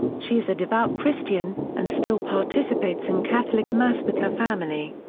she is a devout christian, and still participates in catholic mass with her family.